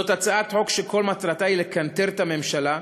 זאת הצעת חוק שכל מטרתה לקנטר את הממשלה.